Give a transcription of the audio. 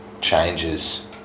changes